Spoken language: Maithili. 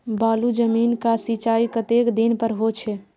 बालू जमीन क सीचाई कतेक दिन पर हो छे?